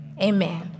Amen